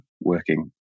working